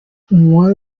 umubare